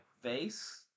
face